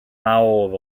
mawr